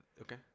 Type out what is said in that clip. Okay